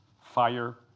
fire